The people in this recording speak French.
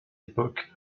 époque